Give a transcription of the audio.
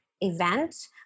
event